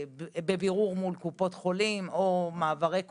בבירור מול קופות חולים או מעברי קופות,